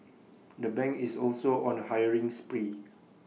the bank is also on A hiring spree